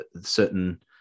certain